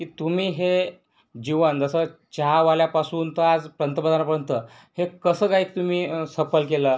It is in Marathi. की तुम्ही हे जीवन जसं चहावाल्यापासून तर आज पंतप्रधानापर्यंत हे कसं काय तुम्ही सफल केलं